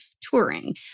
touring